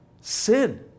sin